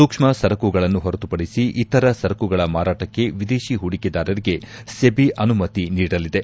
ಸೂಕ್ಷ್ಮ ಸರಕುಗಳನ್ನು ಹೊರತುಪಡಿಸಿ ಇತರ ಸರಕುಗಳ ಮಾರಾಟಕ್ಕೆ ವಿದೇತಿ ಹೂಡಿಕೆದಾರರಿಗೆ ಸೆಬಿ ಅನುಮತಿ ನೀಡಲಿದೆ